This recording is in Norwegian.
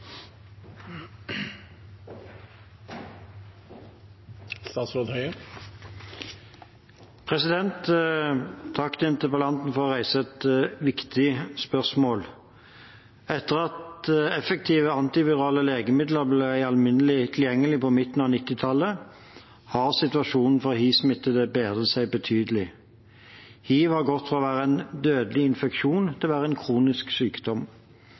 Takk til interpellanten for å reise et viktig spørsmål. Etter at effektive antivirale legemidler ble alminnelig tilgjengelig på midten av 1990-tallet, har situasjonen for hivsmittede bedret seg betydelig. Hiv har gått fra å være en dødelig infeksjon til å være en kronisk sykdom.